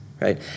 right